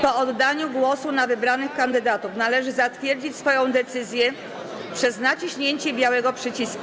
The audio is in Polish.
Po oddaniu głosu na wybranych kandydatów należy zatwierdzić swoją decyzję przez naciśnięcie białego przycisku.